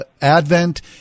Advent